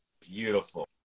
Beautiful